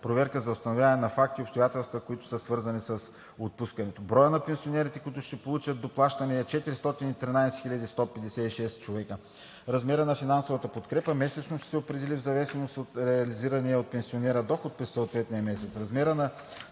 проверка за установяване на фактите и обстоятелствата, които са свързани с отпускането. Броят на пенсионерите, които ще получат доплащане, е 413 156. Размерът на финансовата подкрепа месечно ще се определи в зависимост от реализирания от пенсионера доход през съответния месец. Размерът на